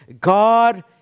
God